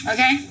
Okay